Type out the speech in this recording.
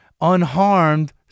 unharmed